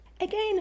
Again